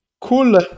Cool